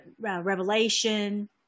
revelation